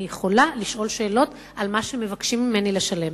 יכולה לשאול שאלות על מה שמבקשים ממני לשלם.